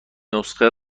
نسخه